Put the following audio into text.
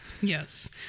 Yes